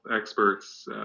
experts